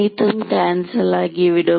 அனைத்தும் கேன்சல் ஆகிவிடும்